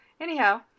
Anyhow